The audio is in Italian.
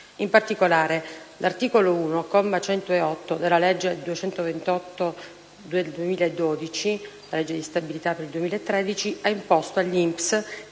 In particolare, l'articolo 1, comma 108, della legge n. 228 del 2012 (legge di stabilità per il 2013) ha imposto all'INPS